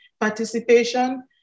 participation